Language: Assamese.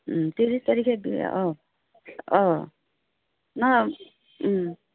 ত্ৰিছ তাৰিখে বিয়া অঁ অঁ